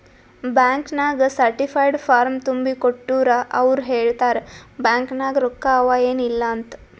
bank ನಾಗ್ certified form ತುಂಬಿ ಕೊಟ್ಟೂರ್ ಅವ್ರ ಹೇಳ್ತಾರ್ ಬ್ಯಾಂಕ್ ನಾಗ್ ರೊಕ್ಕಾ ಅವಾ ಏನ್ ಇಲ್ಲ ಅಂತ್